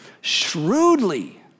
shrewdly